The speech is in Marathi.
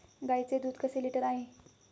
गाईचे दूध कसे लिटर आहे?